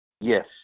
Yes